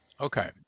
Okay